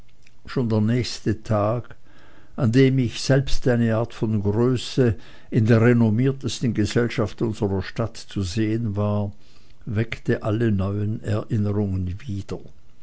schon der nächste tag an dem ich selbst eine art von größe in der renommiertesten gesellschaft unserer stadt zu sehen war weckte alle neuen erinnerungen wieder